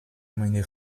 meine